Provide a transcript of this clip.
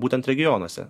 būtent regionuose